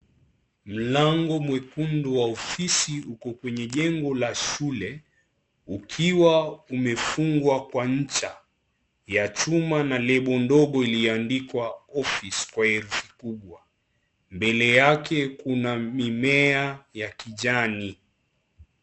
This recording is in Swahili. Mlango mwekundu wa ofisi uko kwenye jengo la shule ukiwa umefungwa kwa ncha ya chuma na label ndogo iliyoandikwa office kwa herufi kubwa, mbele yake kuna mimea ya kijani.